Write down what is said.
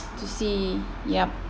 to see yup